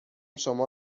شما